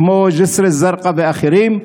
כמו ג'יסר א-זרקא ואחרים.